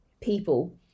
people